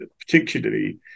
particularly